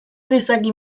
gizaki